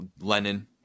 Lenin